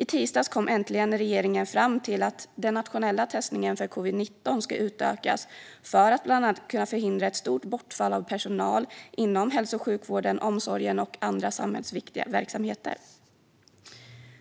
I tisdags kom regeringen äntligen fram till att den nationella testningen för covid-19 ska utökas för att bland annat kunna förhindra ett stort bortfall av personal inom hälso och sjukvården, omsorgen och andra samhällsviktiga verksamheter.